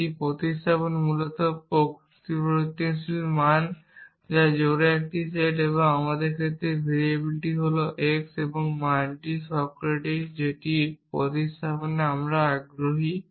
একটি প্রতিস্থাপন মূলত পরিবর্তনশীল মান জোড়ার একটি সেট এবং আমাদের ক্ষেত্রে ভেরিয়েবলটি হল x এবং মানটি সক্রেটিক যেটি প্রতিস্থাপনে আমরা আগ্রহী